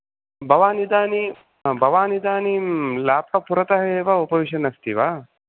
भवान् इदानीं भवान् इदानीं लेप्टाप् पुरतः एव उपविशन् अस्ति वा